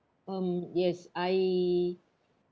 um yes I